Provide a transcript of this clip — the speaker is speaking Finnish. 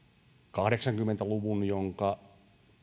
kahdeksankymmentä luvun jonka